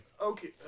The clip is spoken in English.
Okay